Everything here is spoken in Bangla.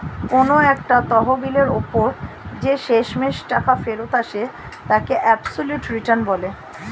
কোন একটা তহবিলের ওপর যে শেষমেষ টাকা ফেরত আসে তাকে অ্যাবসলিউট রিটার্ন বলে